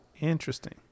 Interesting